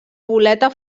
boleta